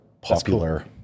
popular